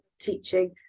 teaching